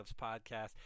Podcast